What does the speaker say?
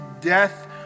death